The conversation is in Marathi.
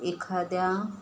एखाद्या